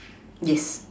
yes